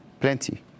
Plenty